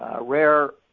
rare